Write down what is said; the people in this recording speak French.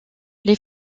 les